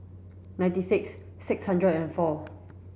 nine six six hundred and four